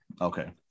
Okay